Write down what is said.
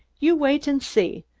you wait and see!